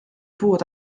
puud